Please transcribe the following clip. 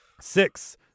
Six